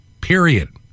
Period